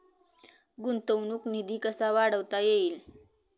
गुंतवणूक निधी कसा वाढवता येईल?